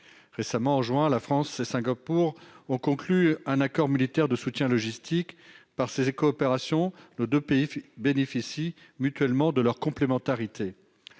récemment enjoint à la France et Singapour ont conclu un accord militaire de soutien logistique par ses et coopération, nos 2 pays bénéficient mutuellement de leur complémentarité,